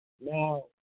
now